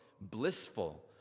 blissful